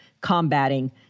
combating